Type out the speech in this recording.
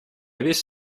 весь